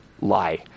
lie